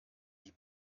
die